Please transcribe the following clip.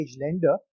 lender